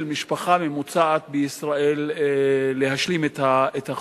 משפחה ממוצעת בישראל להשלים את החודש.